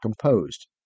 composed